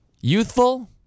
youthful